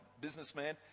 businessman